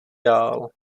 dál